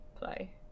play